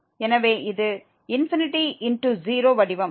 எனவே இது ∞×0 வடிவம்